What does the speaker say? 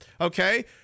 okay